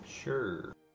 Sure